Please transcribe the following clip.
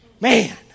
Man